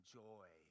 joy